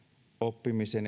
oppimisen